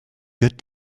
good